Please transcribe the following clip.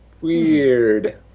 Weird